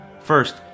First